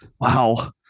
wow